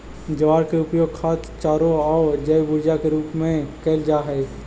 ज्वार के उपयोग खाद्य चारों आउ जैव ऊर्जा के रूप में कयल जा हई